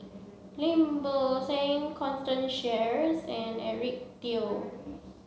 Lim Bo Seng Constance Sheares and Eric Teo